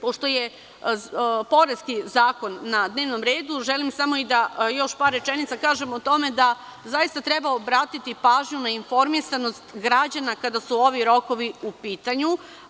Pošto je poreski zakon na dnevnom redu, želim samo još par rečenica kažem o tome da zaista treba obratiti pažnju na informisanost građana kada su ovi rokovu u pitanju.